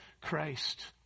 Christ